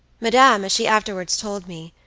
madame, as she afterwards told me,